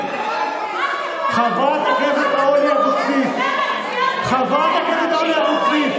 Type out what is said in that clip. חברת הכנסת אבקסיס, חברת הכנסת אבקסיס.